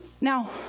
now